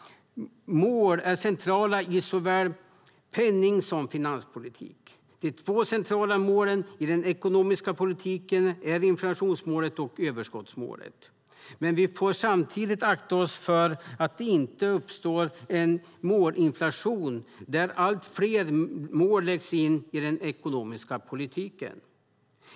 Mål är centrala i såväl penning som finanspolitik. De två centrala målen i den ekonomiska politiken är inflationsmålet och överskottsmålet. Men vi får samtidigt akta oss så att det inte uppstår en målinflation där allt fler mål läggs in i den ekonomiska politiken.